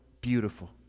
beautiful